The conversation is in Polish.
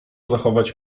zachować